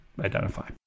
identify